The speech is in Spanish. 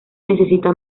necesita